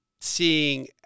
seeing